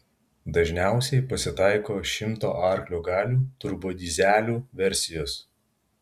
dažniausiai pasitaiko šimto arklio galių turbodyzelių versijos